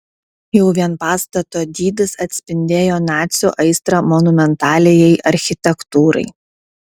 jau vien pastato dydis atspindėjo nacių aistrą monumentaliajai architektūrai